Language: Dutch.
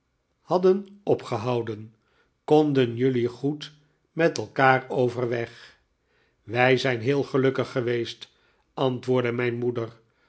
hadden opgehouden konden jullie goed met elkaar overweg wij zijn heel gfelukkig geweest antwoordde mijn moeder